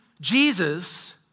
Jesus